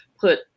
put